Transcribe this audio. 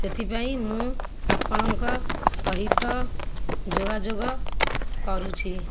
ସେଥିପାଇଁ ମୁଁ ଆପଣଙ୍କ ସହିତ ଯୋଗାଯୋଗ କରୁଛି